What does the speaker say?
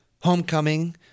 homecoming